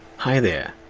hi there,